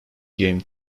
games